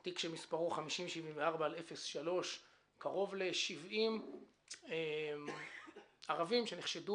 תיק שמספרו 5074/03. קרוב ל-70 ערבים שנחשדו